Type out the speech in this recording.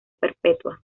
perpetua